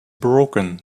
broken